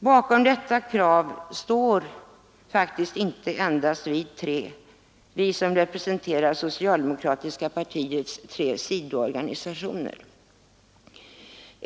Bakom detta krav står faktiskt inte endast vi tre, vi som representerar socialdemokratiska partiets tre sidoorganisationer.